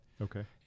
Okay